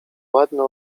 ładny